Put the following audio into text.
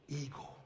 eagle